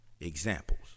Examples